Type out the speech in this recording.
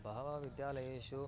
बहवः विद्यालयेषु